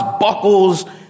buckles